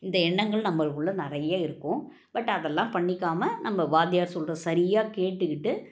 இந்த எண்ணங்கள் நம்மளுக்குள்ள நிறைய இருக்கும் பட் அதெல்லாம் பண்ணிக்காமல் நம்ம வாத்தியார் சொல்றதை சரியாக கேட்டுக்கிட்டு